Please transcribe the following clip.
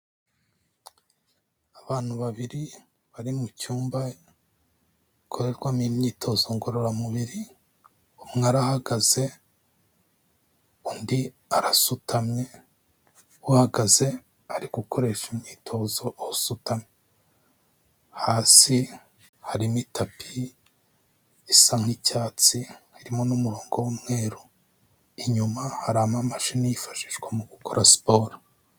Abantu babiri bari mu cyumba gikorerwamo imyitozo ngororamubiri, umwe arahagaze, undi arasutamye, uhagaze ari gukoresha imyitozo usutamye. Hasi harimo itapi isa nk'icyatsi, harimo n'umurongo w'umweru, inyuma hari amamashini yifashishwa mu gukora siporo.